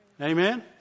Amen